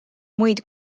muid